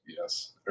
yes